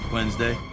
Wednesday